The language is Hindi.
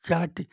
चाट